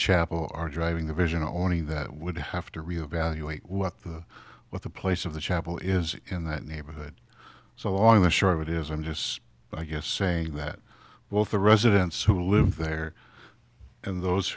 chapel are driving the vision only that would have to re evaluate what the what the place of the chapel is in that neighborhood so long the short of it is i'm just i guess saying that both the residents who live there and those